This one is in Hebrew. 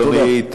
תודה, אדוני.